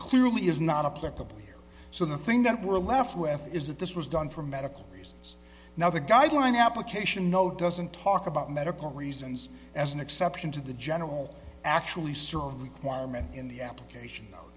clearly is not a public company so the thing that we're left with is that this was done for medical reasons now the guideline application no doesn't talk about medical reasons as an exception to the general actually serve requirement in the application